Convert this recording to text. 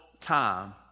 time